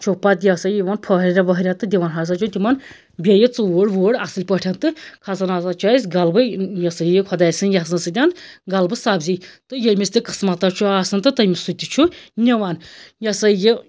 چھُ پتہٕ یہِ ہَسا یہ یوان پھٲہریر وٲہریر تہٕ دِوان ہَسا چھِ تمن بیٚیہِ ژوٗڈ ووٗڈ اصٕل پٲٹھۍ تہٕ کھسان ہَسا چھِ أسۍ گَلبہٕ یہِ ہَسا یہِ خۄداے سٕنٛدۍ یَژھنہٕ سۭتۍ گَلبہٕ سبزی تہٕ ییٚمِس تہِ قسمَتس چھُ آسان تہٕ تمس سُہ تہِ چھُ نِوان یہِ ہَسا یہِ